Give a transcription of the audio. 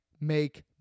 make